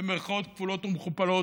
במירכאות כפולות ומכופלות,